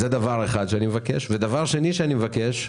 דבר שני שאני מבקש,